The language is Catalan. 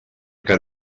que